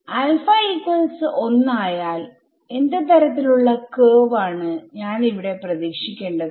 ആയാൽ എന്ത് തരത്തിൽ ഉള്ള കർവ് ആണ് ഞാൻ ഇവിടെ പ്രതീക്ഷിക്കേണ്ടത്